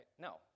No